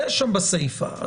יהיה בסיפא.